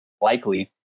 likely